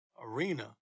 arena